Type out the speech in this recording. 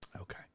Okay